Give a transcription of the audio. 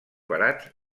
barats